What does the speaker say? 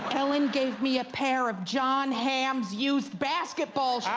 ellen gave me a pair of jon hamm's used basketball